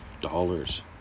Dollars